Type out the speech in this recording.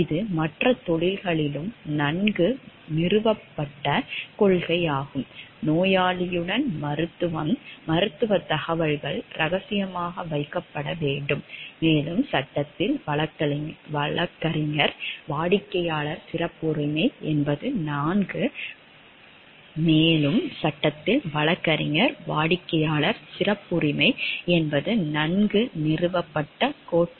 இது மற்ற தொழில்களிலும் நன்கு நிறுவப்பட்ட கொள்கையாகும் நோயாளியுடன் மருத்துவம் மருத்துவ தகவல்கள் ரகசியமாக வைக்கப்பட வேண்டும் மேலும் சட்டத்தில் வழக்கறிஞர் வாடிக்கையாளர் சிறப்புரிமை என்பது நன்கு நிறுவப்பட்ட கோட்பாடாகும்